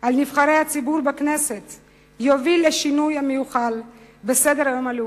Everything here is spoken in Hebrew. על נבחרי הציבור בכנסת יוביל לשינוי המיוחל בסדר-היום הלאומי.